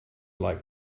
like